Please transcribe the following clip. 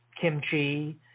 kimchi